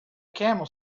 camel